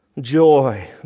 joy